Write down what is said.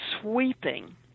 sweeping